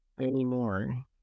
anymore